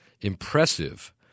impressive